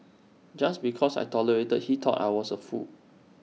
just because I tolerated he thought I was A fool